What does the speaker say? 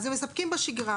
אז הם מספקים בשגרה,